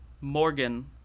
Morgan